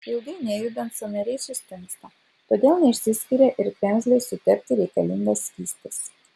ilgai nejudant sąnariai sustingsta todėl neišsiskiria ir kremzlei sutepti reikalingas skystis